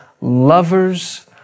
lovers